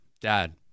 Dad